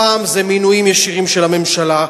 הפעם זה מינויים ישירים של הממשלה,